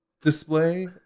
display